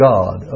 God